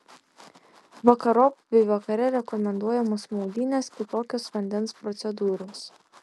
vakarop bei vakare rekomenduojamos maudynės kitokios vandens procedūros